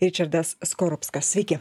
ričardas skorupskas sveiki